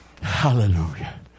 Hallelujah